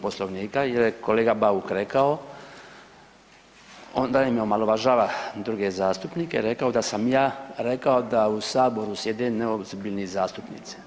Poslovnika jer je kolega Bauk rekao … omalovažava druge zastupnike rekao da sam ja rekao da u Saboru sjede neozbiljni zastupnici.